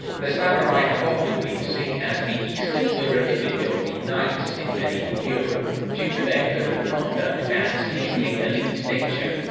the samurai have often been seen as the eastern mirror image of the knights in medieval europe, due to their code of conduct and seemingly elite nature.